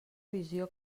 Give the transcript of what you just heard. visió